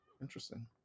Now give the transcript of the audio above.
Interesting